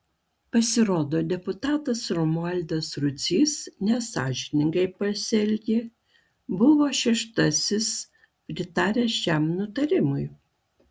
pasirodo deputatas romualdas rudzys nesąžiningai pasielgė buvo šeštasis pritaręs šiam nutarimui